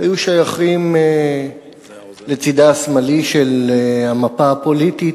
היו שייכים לצדה השמאלי של המפה הפוליטית,